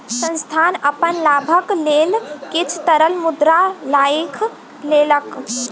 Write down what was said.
संस्थान अपन लाभक लेल किछ तरल मुद्रा राइख लेलक